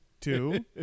two